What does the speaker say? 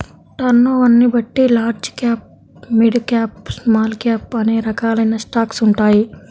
టర్నోవర్ని బట్టి large cap, mid cap, small cap అనే రకాలైన స్టాక్స్ ఉంటాయి